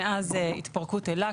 מאז התפרקות אלה,